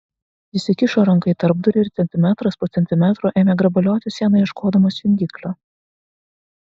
jis įkišo ranką į tarpdurį ir centimetras po centimetro ėmė grabalioti sieną ieškodamas jungiklio